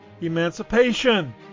Emancipation